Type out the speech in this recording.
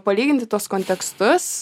palyginti tuos kontekstus